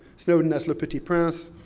snowden as le petit prince.